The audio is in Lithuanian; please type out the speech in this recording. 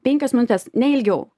penkios minutės ne ilgiau